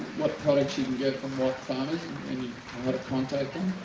what products you can get from what farmers. and how to contact